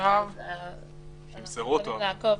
החלטה שיפוטית.